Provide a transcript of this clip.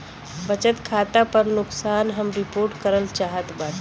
बचत खाता पर नुकसान हम रिपोर्ट करल चाहत बाटी